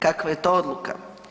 Kakva je to odluka?